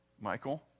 Michael